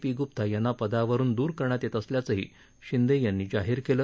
P Gupta यांना पदावरुन द्र करण्यात येत असल्याचंही शिंदे यांनी जाहीर केलं